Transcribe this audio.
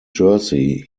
jersey